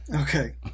Okay